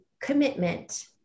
commitment